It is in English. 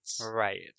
right